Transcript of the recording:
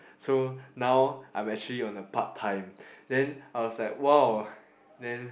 so now I'm actually on a part-time then I was like !wow! then